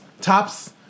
tops